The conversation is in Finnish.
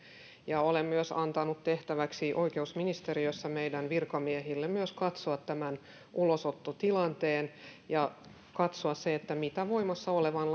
olen myös antanut tehtäväksi oikeusministeriössä meidän virkamiehille myös katsoa ulosottotilanteen ja katsoa mitä voimassa olevan